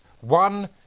One